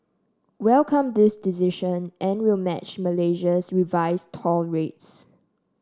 welcome this decision and will match Malaysia's revised toll rates